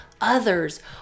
others